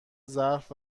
ظرف